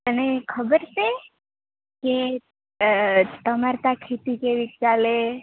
તને ખબર છે કે તમારે તાં ખેતી કેવી ચાલે